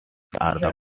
are